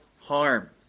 harm